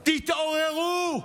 תתעוררו.